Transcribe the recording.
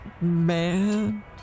man